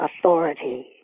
authority